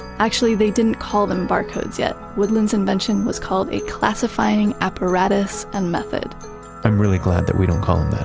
actually, they didn't call them barcodes yet. woodland's invention was called a classifying apparatus and method i'm really glad that we don't call them